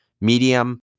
Medium